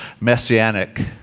messianic